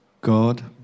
God